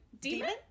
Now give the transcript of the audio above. demon